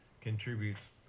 contributes